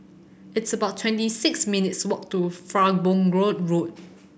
it's about twenty six minutes' walk to Farnborough Road